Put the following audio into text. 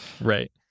right